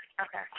Okay